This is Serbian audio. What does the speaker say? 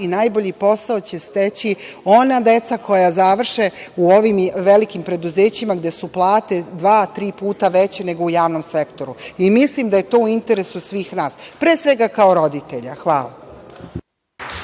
i najbolji posao će steći ona deca koja završe u ovim velikim preduzećima gde su plate dva, tri puta veće nego u javnom sektoru. I mislim da je to u interesu svih nas, pre svega kao roditelja. Hvala.